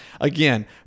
again